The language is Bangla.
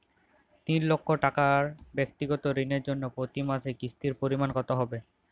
তিন লক্ষ টাকা ব্যাক্তিগত ঋণের জন্য প্রতি মাসে কিস্তির পরিমাণ কত হবে?